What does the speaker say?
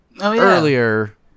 earlier